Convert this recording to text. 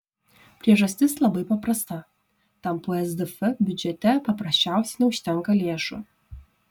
priežastis labai paprasta tam psdf biudžete paprasčiausiai neužtenka lėšų